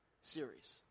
series